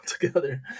together